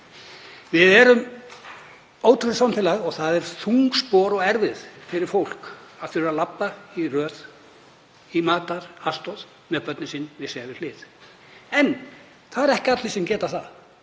Við erum ótrúlegt samfélag og það eru þung spor og erfið fyrir fólk að þurfa að labba í röð eftir mataraðstoð með börnin sín sér við hlið. En það eru ekki allir sem geta það.